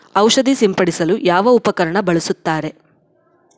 ಔಷಧಿ ಸಿಂಪಡಿಸಲು ಯಾವ ಉಪಕರಣ ಬಳಸುತ್ತಾರೆ?